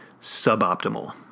suboptimal